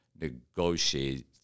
negotiate